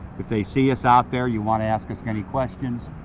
if they see us out there, you want to ask us any questions,